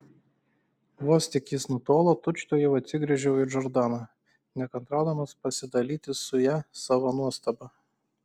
vos tik jis nutolo tučtuojau atsigręžiau į džordaną nekantraudamas pasidalyti su ja savo nuostaba